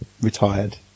Retired